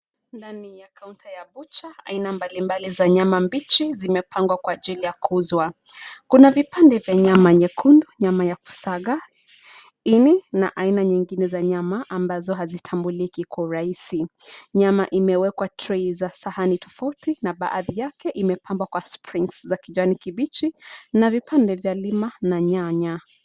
Ndani ya kaunta ya bucha aina mbalimbali za nyama mbichi zimepangwa kwa ajili ya kuuzwa. Kuna vipande vya nyama nyekundu, nyama ya kusaga, ini na aina nyingine za nyama ambazo hazitambuliki kwa urahisi. Nyama imewekwa trei za sahani tofauti na baadhi yake imepambwa kwa springs za kijani kibichi na vipande vya lima na nyanya.